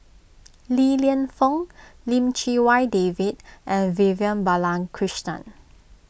Li Lienfung Lim Chee Wai David and Vivian Balakrishnan